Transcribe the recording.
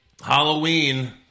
Halloween